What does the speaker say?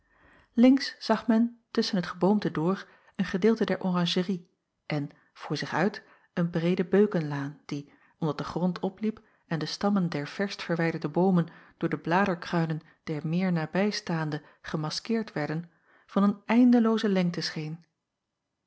links zag men tusschen het geboomte door een gedeelte der oranjerie en voor zich uit een breede beukenlaan die omdat de grond opliep en de stammen der verst verwijderde boomen door de bladerkruinen der meer nabijstaande gemaskeerd werden van een eindelooze lengte scheen